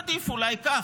עדיף אולי כך.